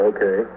Okay